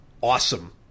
awesome